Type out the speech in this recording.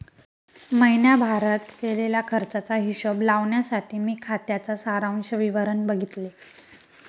महीण्याभारत केलेल्या खर्चाचा हिशोब लावण्यासाठी मी खात्याच सारांश विवरण बघितले